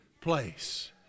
place